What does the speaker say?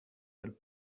del